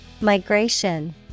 Migration